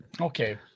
okay